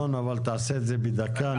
רון, אבל תעשה את זה בדקה.